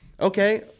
Okay